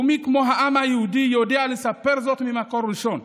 ומי כמו העם היהודי יודע לספר זאת ממקור ראשון,